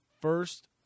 First